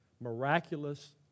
miraculous